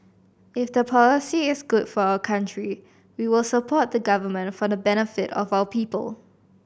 if the policy is good for our country we will support the Government for the benefit of our people